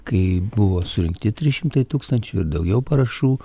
kai buvo surinkti trys šimtai tūkstančių ir daugiau parašų